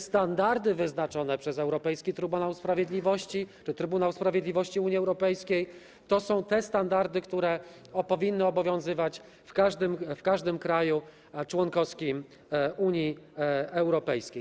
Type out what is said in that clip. Standardy wyznaczone przez europejski trybunał sprawiedliwości czy Trybunał Sprawiedliwości Unii Europejskiej to są te standardy, które powinny obowiązywać w każdym kraju członkowskim Unii Europejskiej.